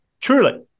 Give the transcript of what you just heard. Truly